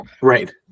Right